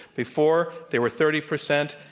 before, they were thirty percent.